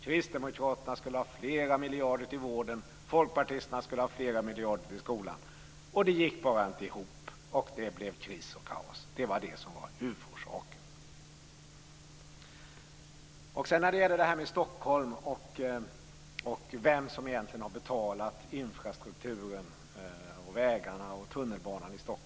Kristdemokraterna skulle ha flera miljarder till vården. Folkpartisterna skulle ha flera miljarder till skolan. Det gick bara inte ihop, och det blev kris och kaos. Det var det som var huvudorsaken. Fredrik Reinfeldt talar om Stockholm och vem som egentligen har betalat infrastrukturen, vägarna och tunnelbanan i Stockholm.